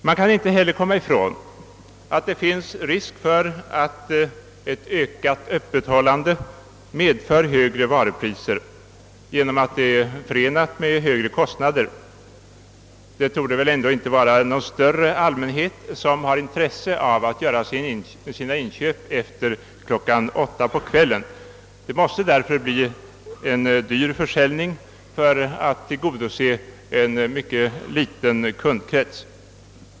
Man kan inte heller komma ifrån att det finns risk för att ett ökat öppethållande kommer att medföra högre varupriser genom att ett sådant är förenat med större kostnader. Det torde ändå inte vara någon större allmänhet, som har intresse av att göra sina inköp efter klockan 8 på kvällen. Det måste därför bli fråga om en dyr försäljning för att tillgodose en mycket liten kundkrets.